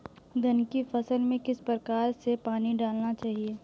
धान की फसल में किस प्रकार से पानी डालना चाहिए?